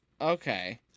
Okay